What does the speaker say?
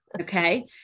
Okay